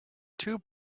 two